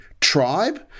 tribe